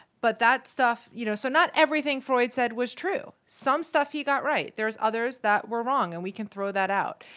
but that stuff you know, so not everything freud said was true. some stuff he got right. there's others that were wrong, and we can throw that out.